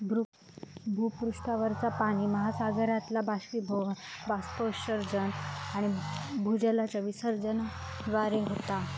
भूपृष्ठावरचा पाणि महासागरातला बाष्पीभवन, बाष्पोत्सर्जन आणि भूजलाच्या विसर्जनाद्वारे होता